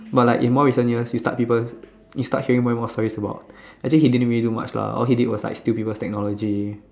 but like in more recent years you start people you start hearing more and more stories about actually he didn't really do much lah all he did was like steal people technologies